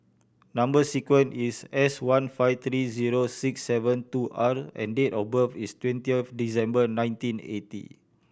number sequence is S one five three zero six seven two R and date of birth is twenty of December nineteen eighty